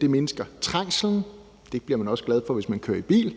Det mindsker trængslen – det bliver man også glad for, hvis man kører i bil;